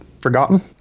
forgotten